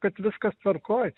kad viskas tvarkoj